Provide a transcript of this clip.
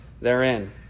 therein